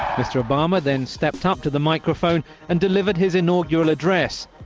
mr obama then stepped up to the microphone and delivered his inaugural address.